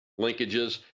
linkages